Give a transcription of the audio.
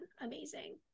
amazing